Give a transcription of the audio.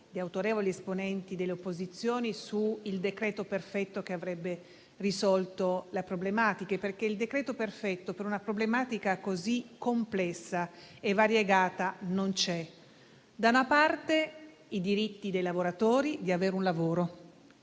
da autorevoli esponenti delle opposizioni, sul decreto perfetto che avrebbe risolto le problematiche. Questo perché il decreto perfetto su una problematica così complessa e variegata non esiste. Da una parte, i diritti dei lavoratori ad avere un lavoro;